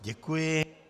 Děkuji.